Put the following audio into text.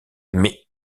mais